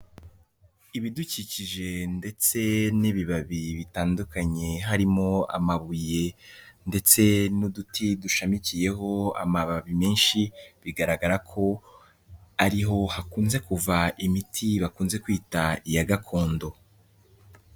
Ibidukikije ndetse n'ibibabi bitandukanye harimo amabuye ndetse n'uduti dushamikiyeho amababi menshi, bigaragara ko ariho hakunze kuva imiti bakunze kwita iya gakondo.